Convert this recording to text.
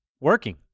working